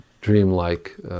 dreamlike